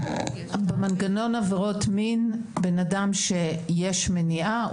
במנגנון עבירות מין בן אדם שיש מניעה,